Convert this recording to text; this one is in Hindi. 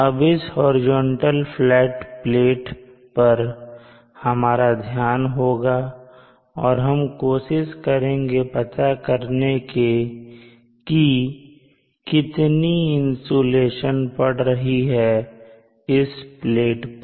अब इस हॉरिजॉन्टल फ्लैट प्लेट पर हमारा ध्यान होगा और हम कोशिश करेंगे पता करने की की कितनी इंसुलेशन पढ़ रही है इस प्लेट पर